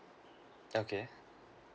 okay